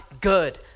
good